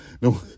No